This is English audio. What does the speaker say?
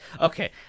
Okay